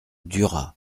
dura